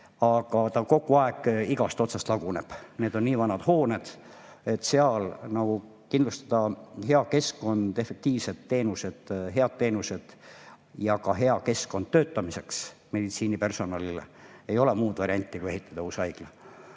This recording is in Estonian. aga ta kogu aeg igast otsast laguneb. Need kõik on nii vanad hooned. Nii et kui tahta kindlustada hea keskkond, efektiivsed teenused, head teenused ja ka hea keskkond töötamiseks meditsiinipersonalile, siis ei ole muud varianti kui ehitada uus haigla.